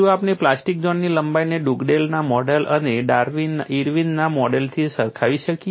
શું આપણે પ્લાસ્ટિક ઝોનની લંબાઈને ડુગડેલના મોડેલ અને ઇર્વિનના મોડેલથી સરખાવી શકીએ